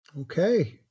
Okay